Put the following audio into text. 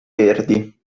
verdi